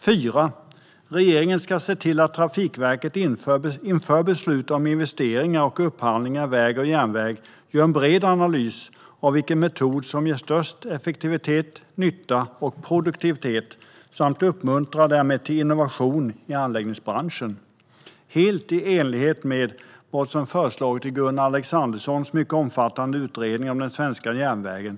För det fjärde: Regeringen ska se till att Trafikverket, inför beslut om investeringar och upphandlingar av väg och järnväg, gör en bred analys av vilken metod som ger störst effektivitet, nytta och produktivitet samt uppmuntrar till innovation i anläggningsbranschen. Detta är helt i enlighet med vad som föreslagits i Gunnar Alexanderssons mycket omfattande utredning om den svenska järnvägen.